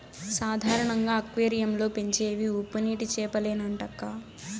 సాధారణంగా అక్వేరియం లో పెంచేవి ఉప్పునీటి చేపలేనంటక్కా